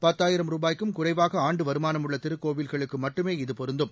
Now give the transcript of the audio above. பத்தாயிரம் ரூபாய்க்கும் குறைவாக ஆண்டு வருமானம் உள்ள திருக்கோவில்களுக்கு மட்டுமே இது பொருந்தும்